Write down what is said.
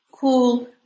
cool